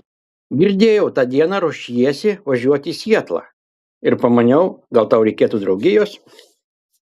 girdėjau tą dieną ruošiesi važiuoti į sietlą ir pamaniau gal tau reikėtų draugijos